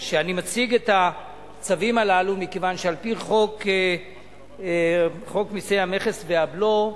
שאני מציג את הצווים הללו מכיוון שעל-פי חוק מסי המכס והבלו,